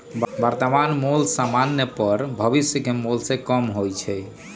वर्तमान मोल समान्य पर भविष्य के मोल से कम होइ छइ